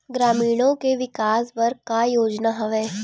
ग्रामीणों के विकास बर का योजना हवय?